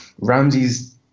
Ramsey's